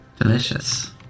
Delicious